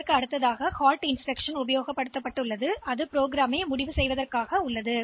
எனவே இந்த hold instruction இது ப்ரோக்ராம் நிறுத்துவதற்கானது